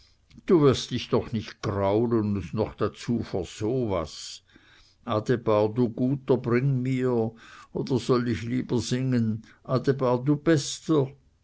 du wirst dich doch nich graulen und noch dazu vor so was adebar du guter bring mir oder soll ich lieber singen adebar du bester